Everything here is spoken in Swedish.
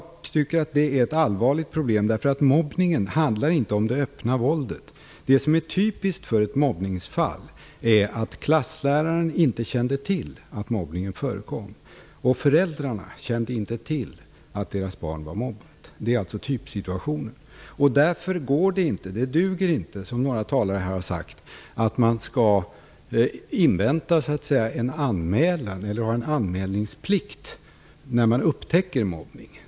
Det är allvarligt. Mobbningen handlar nämligen inte om det öppna våldet. Det typiska för ett mobbningsfall är att klassläraren inte känner till att mobbning förekommer, och föräldrarna känner inte till att deras barn är mobbat. Det är alltså den typiska situationen. Som några talare har sagt duger det inte att man så att säga skall invänta en anmälan eller att det finns en anmälningsplikt vid upptäckt av mobbning.